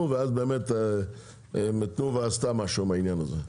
ואז באמת תנובה עשתה משהו עם העניין הזה.